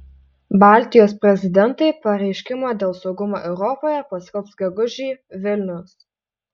baltijos prezidentai pareiškimą dėl saugumo europoje paskelbs gegužį vilnius